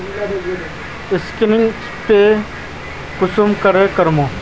Scanning पे कुंसम करे करो होबे?